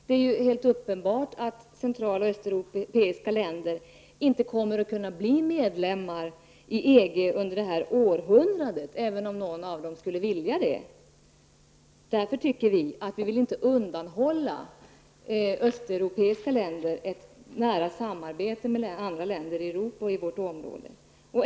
Det är helt uppenbart att central och östeuropeiska länder inte kommer att kunna bli medlemmar i EG under det här århundradet, även om något av dem skulle vilja det. Därför tycker vi att vi inte vill undanhålla östeuropeiska länder ett nära samarbete med andra länder i Europa och i vårt område.